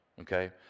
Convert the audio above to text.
okay